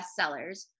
bestsellers